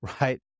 Right